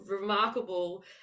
remarkable